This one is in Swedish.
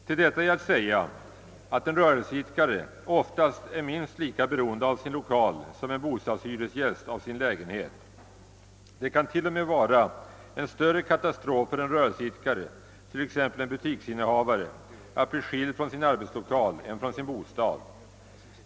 Till detta är att säga att en rörelseidkare oftast är minst lika beroende av sin lokal som en bostadshyresgäst av sin lägenhet. Det kan till och med vara en större katastrof för en rörelseidkare, t.ex. en butiksinnehavare, att bli skild från sin arbetslokal än från sin bostad.